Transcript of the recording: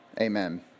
Amen